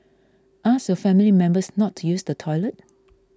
ask your family members not to use the toilet